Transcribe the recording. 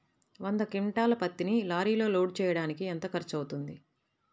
వంద క్వింటాళ్ల పత్తిని లారీలో లోడ్ చేయడానికి ఎంత ఖర్చవుతుంది?